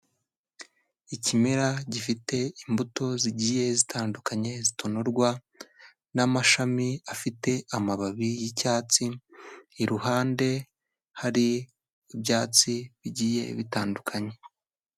Ikimera gifite imbuto zigiye zitandukanye, zitonorwa n'amashami afite amababi y'icyatsi, iruhande hari ibyatsi bigiye bitandukanye.